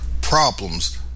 problems